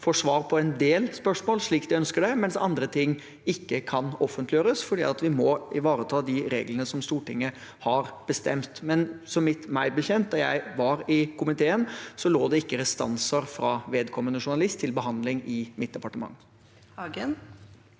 får svar på en del spørsmål, slik de ønsker det, mens andre ting ikke kan offentliggjøres fordi vi må ivareta de reglene som Stortinget har bestemt. Meg bekjent lå det ikke restanser fra vedkommende journalist til behandling i mitt departement da